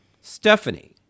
Stephanie